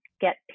get